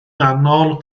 nghanol